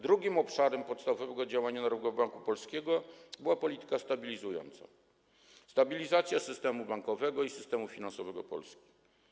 Drugim obszarem podstawowego działania Narodowego Banku Polskiego była polityka stabilizująca, stabilizacja systemu bankowego i systemu finansowego Polski.